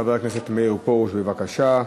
חבר הכנסת מאיר פרוש, בבקשה.